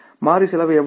மாறி செலவு எவ்வளவு